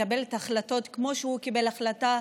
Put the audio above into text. לקבל החלטות כמו שהוא קיבל החלטה,